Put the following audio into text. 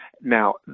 Now